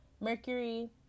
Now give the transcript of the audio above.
Mercury